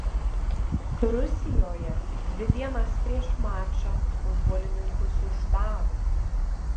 rusijoje dvi dienas prieš mačą futbolininkus uždaro